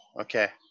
okay